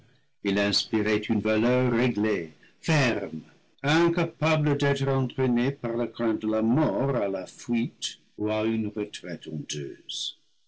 il inspirait une valeur réglée ferme incapable d'être entraînée par la crainte de la mort à la fuite ou aune retraite honteuse